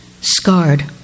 scarred